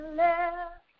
left